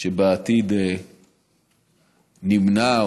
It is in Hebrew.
שבעתיד נמנע,